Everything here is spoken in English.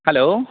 hello